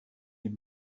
die